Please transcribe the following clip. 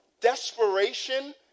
desperation